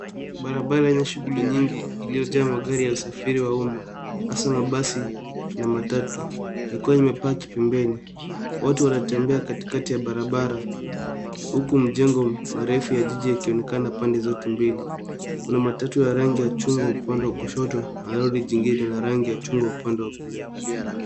Barabara yenye shughuli nyingi iliyojaa magari ya usafiri wa umma hasa mabasi na matatu ikiwa imepaki pembeni. Watu wanatembea katikati ya barabara huku mjengo marefu ya jiji yakionekana pande zote mbili. Kuna matatu ya rangi ya chungwa upande wa kushoto na lori jingine la rangi ya chungwa upande wa kulia.